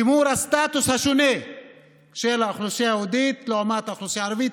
שימור הסטטוס השונה של האוכלוסייה היהודית לעומת האוכלוסייה הערבית,